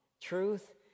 truth